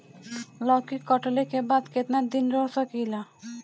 लौकी कटले के बाद केतना दिन रही सकेला?